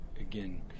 again